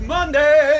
Monday